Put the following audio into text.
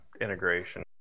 integration